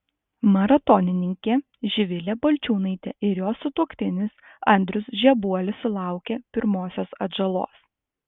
maratonininkė živilė balčiūnaitė ir jos sutuoktinis andrius žebuolis sulaukė pirmosios atžalos